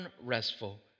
unrestful